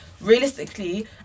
realistically